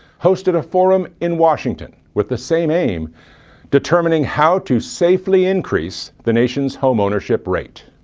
hosted a forum in washington with the same aim determining how to safely increase the nation's homeownership rate.